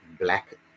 black